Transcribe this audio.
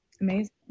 Amazing